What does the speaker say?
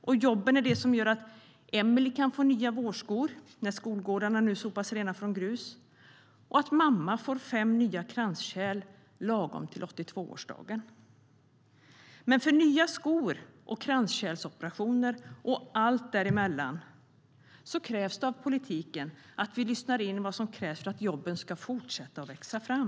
Och jobben är det som gör att Emelie kan få nya vårskor när skolgårdarna nu sopas rena från grus och att mamma får fem nya kranskärl lagom till 82-årsdagen. Men för nya skor och kranskärlsoperationer och allt däremellan fordras det av politiken att vi lyssnar in vad som krävs för att jobben ska fortsätta att växa fram.